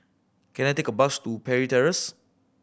can I take a bus to Parry Terrace